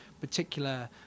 particular